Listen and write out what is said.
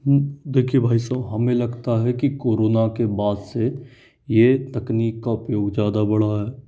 देखिए भाई साहब हमें लगता है कि कोरोना के बाद से ये तकनीक का उपयोग ज़्यादा बढ़ा है